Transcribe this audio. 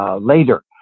later